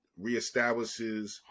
reestablishes